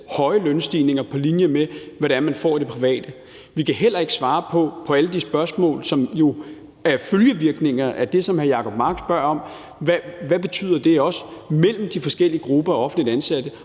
høje lønstigninger på linje med, hvad det er, man får i det private. Vi kan heller ikke svare på alle de spørgsmål om det, som jo er følgevirkninger af det, som hr. Jacob Mark spørger om, nemlig hvad det også betyder mellem de forskellige grupper af offentligt ansatte.